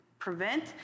prevent